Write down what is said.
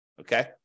okay